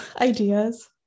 ideas